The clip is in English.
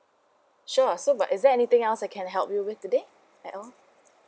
sure so but is there anything else I can help you with today add on